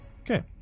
Okay